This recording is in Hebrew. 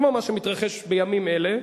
כמו מה שמתרחש בימים אלה,